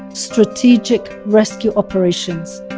strategic rescue operations